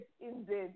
indeed